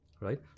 Right